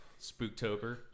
Spooktober